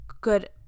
good